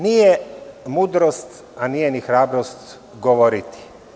Nije mudrost, a nije ni hrabrost govoriti.